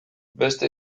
beste